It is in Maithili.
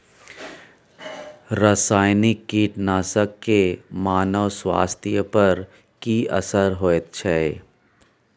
रसायनिक कीटनासक के मानव स्वास्थ्य पर की असर होयत छै?